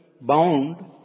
bound